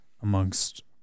amongst